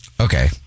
Okay